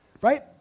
right